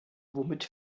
womit